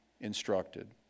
instructed